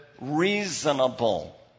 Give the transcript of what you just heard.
reasonable